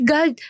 God